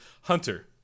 Hunter